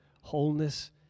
wholeness